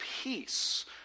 peace